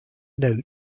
note